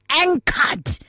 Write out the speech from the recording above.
anchored